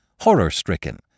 horror-stricken